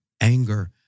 anger